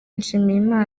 nshimiyimana